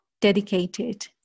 dedicated